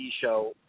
show